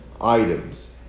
items